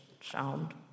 sound